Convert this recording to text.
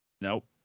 Nope